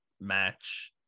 match